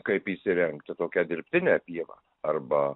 kaip įsirengti tokią dirbtinę pievą arba